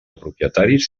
propietaris